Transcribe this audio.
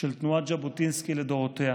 של תנועת ז'בוטינסקי לדורותיה.